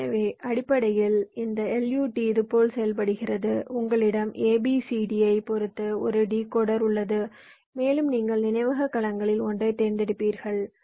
எனவே அடிப்படையில் இந்த LUT இதுபோல் செயல்படுகிறது உங்களிடம் A B C D ஐப் பொறுத்து ஒரு டிகோடர் உள்ளது மேலும் நீங்கள் நினைவக கலங்களில் ஒன்றைத் தேர்ந்தெடுப்பீர்கள்